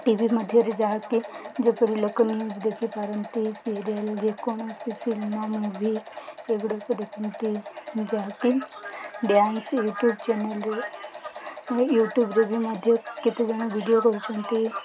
ଟି V ମାଧ୍ୟରେ ଯାହାକି ଯେପରି ଲୋକ ନ୍ୟୁଜ୍ ଦେଖିପାରନ୍ତି ସିରିଏଲ୍ ଯେକୌଣସି ସିନେମା ମୁଭି ଏଗୁଡ଼ାକୁ ଦେଖନ୍ତି ଯାହାକି ଡ୍ୟାନ୍ସ ୟୁଟ୍ୟୁବ୍ ଚ୍ୟାନେଲ୍ରେ ୟୁଟ୍ୟୁବ୍ରେ ବି ମଧ୍ୟ କେତେଜଣ ଭିଡ଼ିଓ କରୁଛନ୍ତି